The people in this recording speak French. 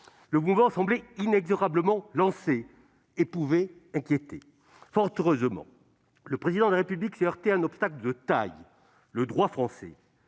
inquiéter, semblait inexorablement lancé. Fort heureusement, le Président de la République s'est heurté à un obstacle de taille : le droit français.